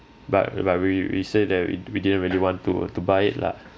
but but we we say that we we didn't really want to to buy it lah